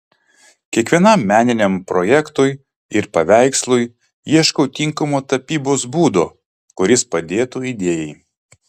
kiekvienam meniniam projektui ir paveikslui ieškau tinkamo tapybos būdo kuris padėtų idėjai